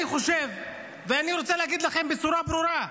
אני רוצה להגיד לכם בצורה ברורה: